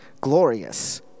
glorious